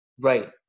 right